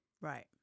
Right